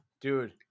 dude